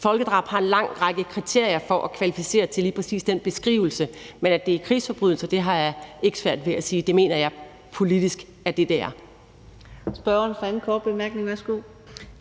Folkedrab har en lang række kriterier for at kvalificere til lige præcis den beskrivelse, men at det er en krigsforbrydelse, har jeg ikke svært ved at sige. Det mener jeg politisk at det er.